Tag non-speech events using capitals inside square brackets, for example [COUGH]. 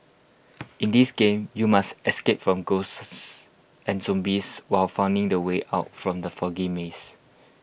in this game you must escape from ghosts [UNINTELLIGIBLE] and zombies while finding the way out from the foggy maze